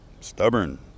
stubborn